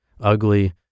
ugly